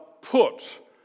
put